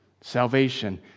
salvation